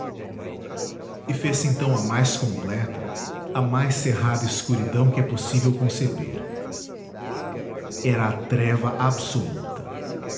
e fez-se então a mais completa a mais cerrada escuridão que é possível conceber era a treva absoluta